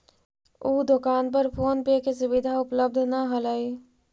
उ दोकान पर फोन पे के सुविधा उपलब्ध न हलई